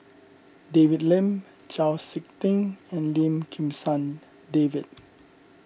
David Lim Chau Sik Ting and Lim Kim San David